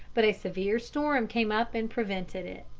but a severe storm came up and prevented it.